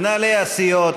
מנהלי הסיעות,